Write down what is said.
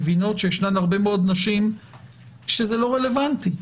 שישנן הרבה מאוד נשים שזה לא רלוונטי.